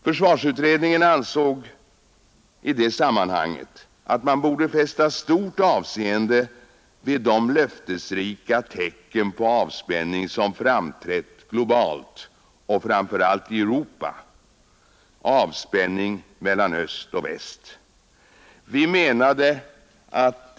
Försvarsutredningen menar att man bör fästa stort avseende vid de löftesrika tecken på avspänning som framträtt globalt och framför allt i Europa — avspänning mellan öst och väst.